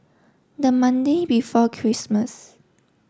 the Monday before Christmas